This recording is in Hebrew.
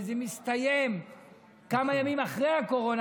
וזה מסתיים כמה ימים אחרי הקורונה,